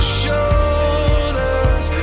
shoulders